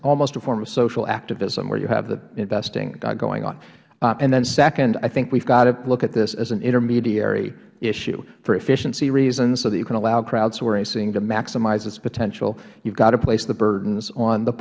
almost a form of social activism where you have the investing going on and then second i think we've got to look at this as an intermediary issue for efficiency reasons so that you can allow crowdsourcing to maximize its potential you've got to place the burdens on the